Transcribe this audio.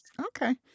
Okay